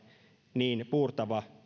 niin puurtava